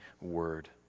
word